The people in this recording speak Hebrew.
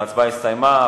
ההצבעה הסתיימה.